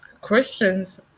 Christians